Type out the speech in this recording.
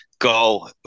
go